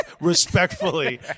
respectfully